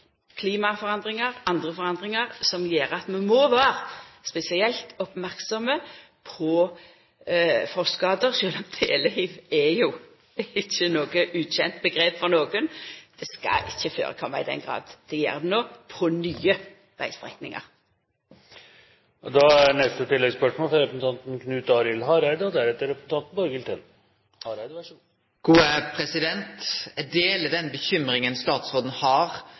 klimaforandringar og andre forandringar som gjer at vi må vera spesielt merksame på frostskadar, sjølv om telehiv ikkje for nokon er eit ukjent omgrep. Det skal ikkje førekoma i den grad det gjer no på nye vegstrekningar. Knut Arild Hareide – til oppfølgingsspørsmål. Eg deler den bekymringa statsråden har for dei konkrete sakene som er blitt nemnde her. Det